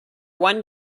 one